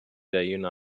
der